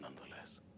nonetheless